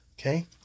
Okay